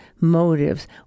motives